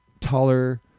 taller